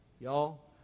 Y'all